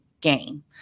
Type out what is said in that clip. game